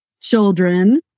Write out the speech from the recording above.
children